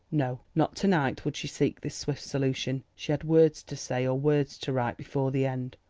no, not to-night would she seek this swift solution. she had words to say or words to write before the end.